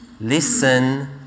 Listen